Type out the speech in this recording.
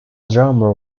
drummer